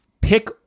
Pick